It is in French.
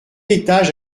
étage